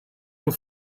will